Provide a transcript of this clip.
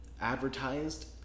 advertised